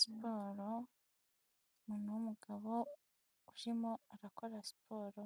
Siporo, umuntu w'umugabo urimo arakora siporo,